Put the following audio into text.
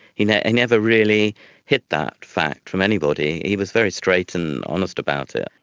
you know and never really hid that fact from anybody, he was very straight and honest about it.